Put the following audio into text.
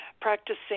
practicing